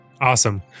Awesome